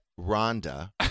Rhonda